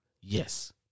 Yes